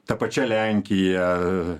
ta pačia lenkija